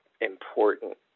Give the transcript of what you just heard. important